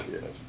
Yes